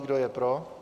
Kdo je pro?